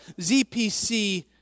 ZPC